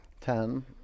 Ten